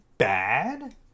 Bad